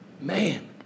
Man